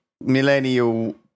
millennial